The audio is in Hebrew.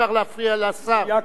אמרתי את דעתי, נכון?